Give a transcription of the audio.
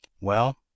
Well